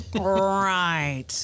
Right